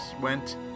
went